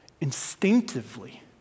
instinctively